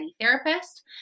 therapist